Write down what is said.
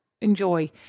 enjoy